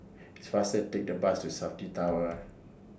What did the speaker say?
It's faster to Take The Bus to Safti Tower